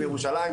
בירושלים,